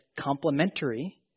complementary